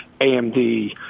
AMD